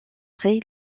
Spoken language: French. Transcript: très